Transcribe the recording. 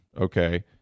okay